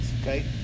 Okay